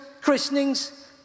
christenings